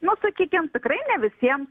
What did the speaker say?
nu sakykim tikrai ne visiem